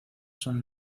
son